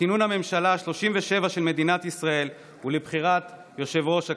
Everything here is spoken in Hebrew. הממשלה השלושים-ושבע של מדינת ישראל ולבחירת יושב-ראש הכנסת.